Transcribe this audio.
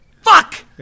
Fuck